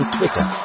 Twitter